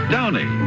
Downey